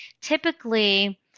typically